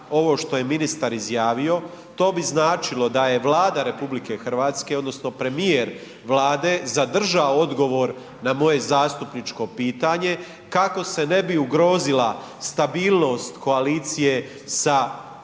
ovo što je ministar izjavio to bi značilo da je Vlada RH odnosno premijer Vlade zadržao odgovor na moje zastupničko pitanje kako se ne bi ugrozila stabilnost koalicije sa Hrvatskom